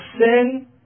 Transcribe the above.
sin